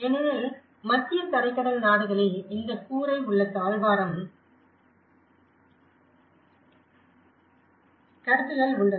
ஏனெனில் மத்திய தரைக்கடல் நாடுகளில் இந்த கூரை உள்ள தாழ்வாரம் கருத்துக்கள் உள்ளன